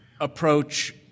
approach